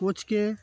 কোচকে